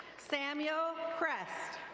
samuel crest.